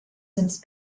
since